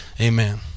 Amen